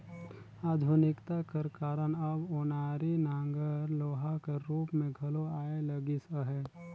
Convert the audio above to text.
आधुनिकता कर कारन अब ओनारी नांगर लोहा कर रूप मे घलो आए लगिस अहे